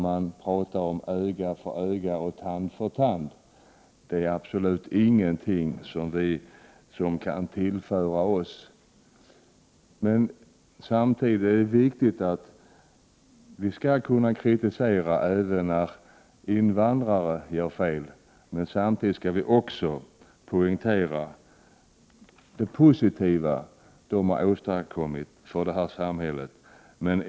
Man talar om öga för öga och tand för tand. Det här är absolut ingenting som kan tillföra Sverige något. Det är viktigt att vi skall kunna uttala kritik även när invandrare gör fel, men samtidigt skall vi också poängtera de positiva insatser invandrarna har åstadkommit för vårt samhälle. Herr talman!